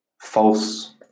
false